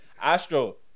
Astro